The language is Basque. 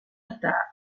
eta